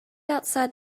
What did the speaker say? outside